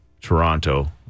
Toronto